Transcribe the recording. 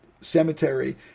cemetery